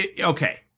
Okay